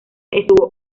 estuvo